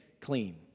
clean